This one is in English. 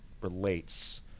relates